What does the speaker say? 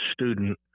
student